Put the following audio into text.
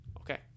Okay